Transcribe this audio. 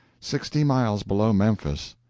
sixty miles below memphis,